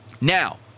Now